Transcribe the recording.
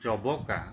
জবকা